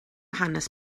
hanes